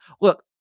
look